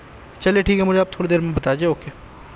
چلیے ٹھیک ہے مجھے آپ تھوڑی دیر میں بتا دیجیے اوکے